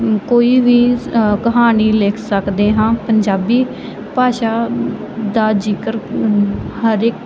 ਕੋਈ ਵੀ ਸ ਕਹਾਣੀ ਲਿਖ ਸਕਦੇ ਹਾਂ ਪੰਜਾਬੀ ਭਾਸ਼ਾ ਦਾ ਜ਼ਿਕਰ ਹਰ ਇੱਕ